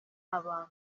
abantu